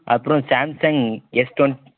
அப்புறம் Samsung S டுவென்